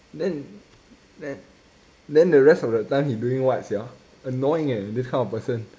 then then then the rest of the time he doing what sia annoying eh this kind of person